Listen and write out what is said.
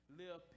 live